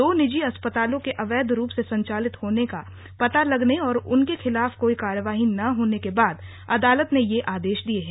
दो निजी अस्पतालों के अवैध रूप से संचालित होने का पता लगने और उन के खिलाफ कोई कार्रवाई न होने के बाद अदालत ने ये आदेश दिए हैं